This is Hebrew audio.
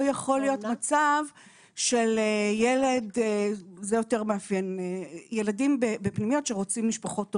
או יכול להיות מצב שילדים בפנימיות שרוצים משפחות אומנה.